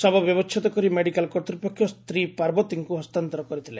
ଶବ ବ୍ୟବଛେଦ କରି ମେଡିକାଲ କର୍ତ୍ତୃପକ୍ଷ ସ୍ଚୀ ପାର୍ବତୀଙ୍କୁ ହସ୍ତାନ୍ତର କରିଥିଲେ